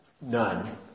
none